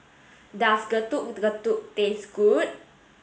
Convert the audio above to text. does Getuk Getuk taste good